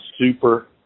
super